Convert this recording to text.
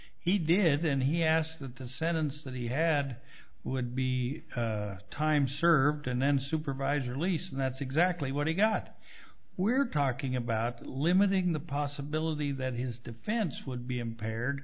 he did and he asked that the sentence that he had would be time served and then supervisor least that's exactly what he got we're talking about limiting the possibility that his defense would be impaired